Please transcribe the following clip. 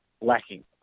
lacking